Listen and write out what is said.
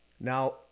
Now